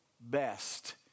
best